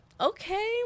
okay